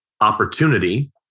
opportunity